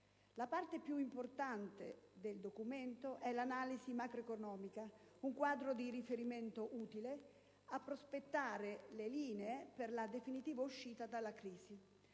La parte più importante del documento è l'analisi macroeconomica, un quadro di riferimento utile a prospettare le linee per la definitiva uscita dalla crisi: